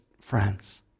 friends